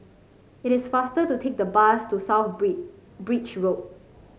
it is faster to take the bus to South Bridge Bridge Road